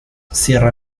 sierra